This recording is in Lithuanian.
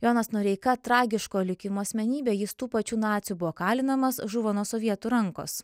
jonas noreika tragiško likimo asmenybė jis tų pačių nacių buvo kalinamas žuvo nuo sovietų rankos